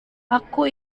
aku